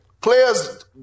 players